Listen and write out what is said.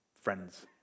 friends